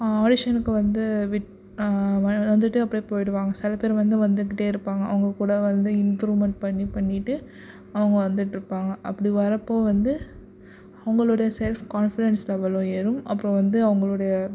ஆடிஷனுக்கு வந்து விட் வந்துட்டு அப்டியே போயிடுவாங்க சில பேர் வந்து வந்துக்கிட்டே இருப்பாங்க அவங்க கூட வந்து இம்ப்ரூவ்மண்ட் பண்ணி பண்ணிட்டு அவங்க வந்துட்டிருப்பாங்க அப்படி வரப்போது வந்து அவங்களோட செல்ஃப் கான்ஃபிடென்ட்ஸ் லெவல்லும் ஏறும் அப்புறோம் வந்து அவங்களோடைய